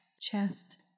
chest